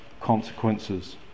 consequences